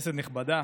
כנסת נכבדה,